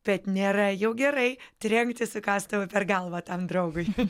bet nėra jau gerai trenkti su kastuvu per galvą tam draugui